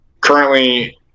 Currently